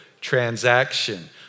transaction